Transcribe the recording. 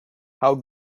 how